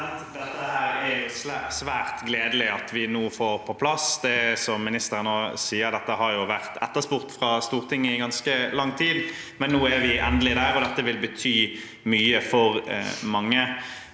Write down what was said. Det er svært, svært gledelig at vi nå får dette på plass. Som ministeren også sier, har dette vært etterspurt fra Stortinget i ganske lang tid, men nå er vi endelig der, og dette vil bety mye for mange.